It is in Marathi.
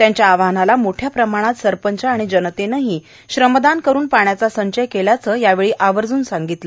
त्यांच्या आवाहनाला मोठ्या प्रमाणात सरपंच आणि जनतेनेही श्रमदान करुन पाण्याचा संचय केल्याचे यावेळी आवर्ज्न सांगितले